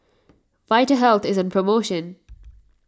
Vitahealth is on promotion